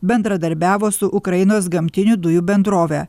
bendradarbiavo su ukrainos gamtinių dujų bendrove